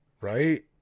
right